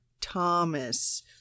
Thomas